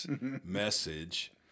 message